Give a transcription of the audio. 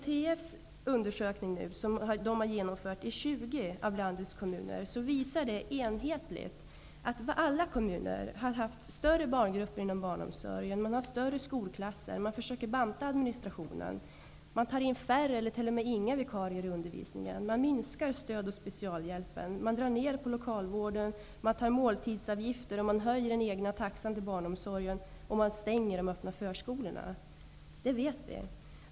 Den undersökning som SKTF har gjort i 20 av landets kommuner visar enhetligt att alla kommuner har haft större barngrupper inom barnomsorgen och större skolklasser och har försökt banta administrationen. Man anställer färre eller t.o.m. inga vikarier i undervisningen. Man minskar stöd och specialhjälp. Man drar ned på lokalvården. Man inför måltidsavgifter, och man höjer den egna taxan för barnomsorgen. Man stänger de öppna förskolorna. Detta vet vi.